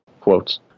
quotes